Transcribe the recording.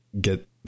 get